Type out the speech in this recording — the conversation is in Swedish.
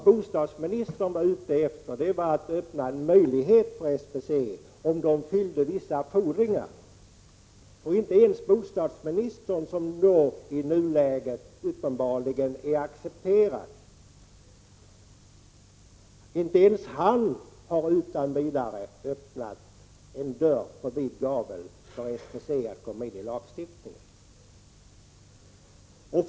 Bostadsministern var ute efter att öppna en möjlighet för SBC att komma in, om organisationen fyllde vissa fordringar, men inte heller bostadsministern, som i nuläget uppenbarligen är accepterad, har utan vidare öppnat en dörr på vid gavel för SBC att vara med i lagstiftningen.